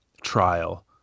trial